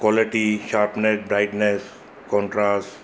quality sharpness brightness contrast